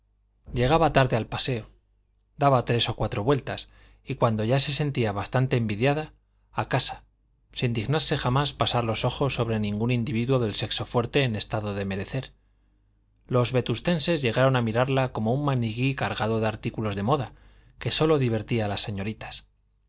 llegaba tarde al paseo daba tres o cuatro vueltas y cuando ya se sentía bastante envidiada a casa sin dignarse jamás pasar los ojos sobre ningún individuo del sexo fuerte en estado de merecer los vetustenses llegaron a mirarla como un maniquí cargado de artículos de moda que sólo divertía a las señoritas